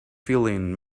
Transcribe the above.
feeling